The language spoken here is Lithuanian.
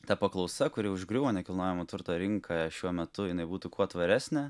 ta paklausa kuri užgriuvo nekilnojamo turto rinka šiuo metu jinai būtų kuo tvaresnė